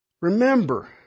Remember